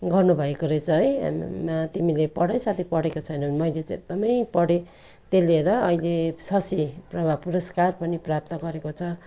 गर्नुभएको रहेछ है आम्मामा तिमीले पढ है साथी पढेको छैनौँ भने मैले चाहिँ एकदमै पढेँ त्यसले हेर अहिले शशीप्रभा पुरस्कार पनि प्राप्त गरेको छ